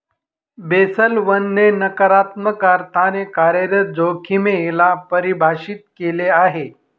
Basel one ने नकारात्मक अर्थाने कार्यरत जोखिमे ला परिभाषित केलं आहे